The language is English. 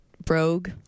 brogue